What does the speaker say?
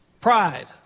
Pride